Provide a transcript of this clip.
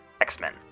X-Men